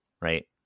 right